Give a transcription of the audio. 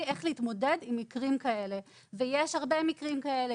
איך להתמודד עם מקרים כאלה ויש הרבה מקרים כאלה.